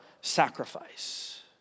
sacrifice